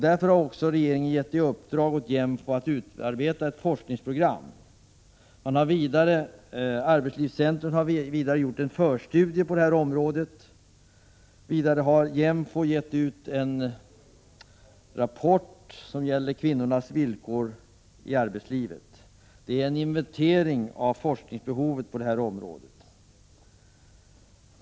Därför har regeringen gett i uppdrag åt JÄMFO att utarbeta ett forskningsprogram. Vidare har arbetslivscentrum gjort en förstudie på detta område. Dess utom har JÄMFO gett ut en rapport rörande kvinnornas villkor i arbetslivet. — Prot. 1986/87:131 Det är en inventering av forskningsbehovet på det här området.